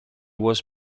was